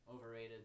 overrated